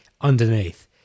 underneath